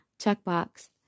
checkbox